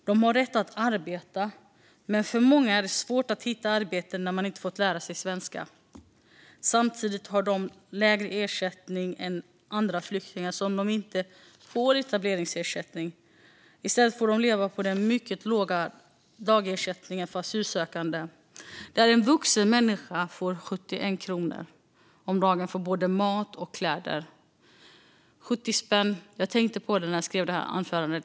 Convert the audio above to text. De har rätt att arbeta, men för många är det svårt att hitta arbete när man inte fått lära sig svenska. Samtidigt har de lägre ersättning än andra flyktingar eftersom de inte får etableringsersättning. I stället får de leva på den mycket låga dagersättningen för asylsökande. En vuxen människa får 71 kronor om dagen för både mat och kläder. När jag skrev detta anförande tänkte jag på det - 70 spänn.